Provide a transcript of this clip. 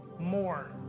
More